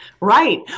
Right